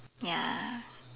ya